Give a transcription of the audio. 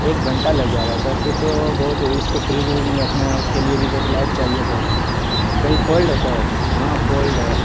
ایک گھنٹہ لگے جائے گا سر پھر تو بہت اس کو فریج وریج میں رکھنا ہے اس کے لیے بھی تو لائٹ چاہیے سر کہیں فولٹ ہے سر ہاں فولٹ ہے